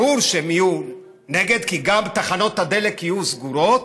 ברור שהן יהיו נגד, כי גם תחנות הדלק יהיו סגורות,